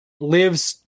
lives